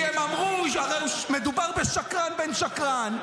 כי הם אמרו שהרי מדובר בשקרן בן שקרן,